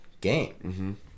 game